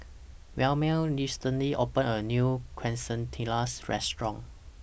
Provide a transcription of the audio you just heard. Wilmer recently opened A New Quesadillas Restaurant